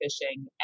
fishing